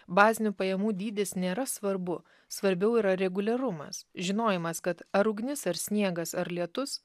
bazinių pajamų dydis nėra svarbu svarbiau yra reguliarumas žinojimas kad ar ugnis ar sniegas ar lietus